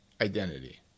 identity